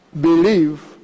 believe